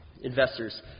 investors